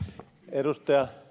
edustaja